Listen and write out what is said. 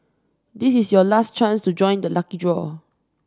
this is your last chance to join the lucky draw